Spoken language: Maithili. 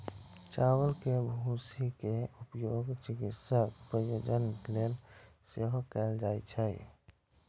चावल के भूसी के उपयोग चिकित्सा प्रयोजन लेल सेहो कैल जाइ छै